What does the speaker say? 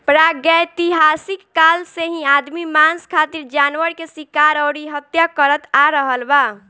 प्रागैतिहासिक काल से ही आदमी मांस खातिर जानवर के शिकार अउरी हत्या करत आ रहल बा